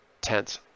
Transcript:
tense